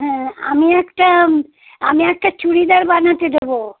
হ্যাঁ আমি একটা আমি একটা চুড়িদার বানাতে দেবো